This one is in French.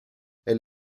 elle